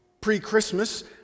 pre-Christmas